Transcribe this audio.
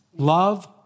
Love